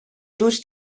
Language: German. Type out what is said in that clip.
durch